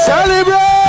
Celebrate